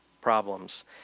problems